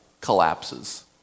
collapses